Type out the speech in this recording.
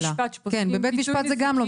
גם בבית משפט, כשפותחים תיק נזיקין, זה ללא מס.